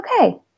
okay